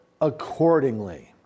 accordingly